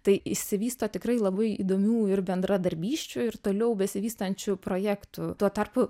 tai išsivysto tikrai labai įdomių ir bendradarbysčių ir toliau besivystančių projektų tuo tarpu